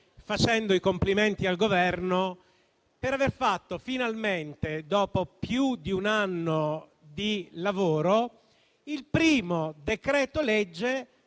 facendo i complimenti al Governo per aver finalmente emanato, dopo più di un anno di lavoro, il primo decreto-legge